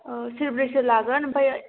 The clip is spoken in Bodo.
औ सेरब्रैसो लागोन ओमफ्राय